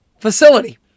facility